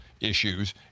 issues